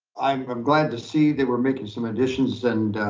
i'm glad to see that we're making some additions and